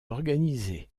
organisées